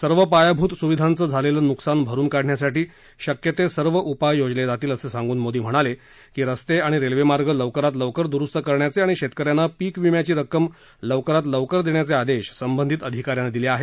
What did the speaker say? सर्व पायाभूत सुविधांचं झालेलं नुकसान भरून काढण्यासाठी शक्य ते सर्व उपाय योजले जातील असं सांगून मोदी म्हणाले की रस्ते आणि रेल्वे मार्ग लवकरात लवकर दुरुस्त करण्याचे आणि शेतकऱ्यांना पीक विम्याची रक्कम लवकरात लवकर देण्याचे आदेश संबंधित अधिकाऱ्यांना दिले आहेत